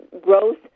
Growth